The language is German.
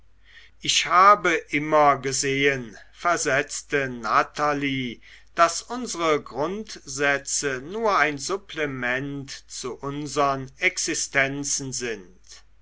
ich habe immer gesehen versetzte natalie daß unsere grundsätze nur ein supplement zu unsern existenzen sind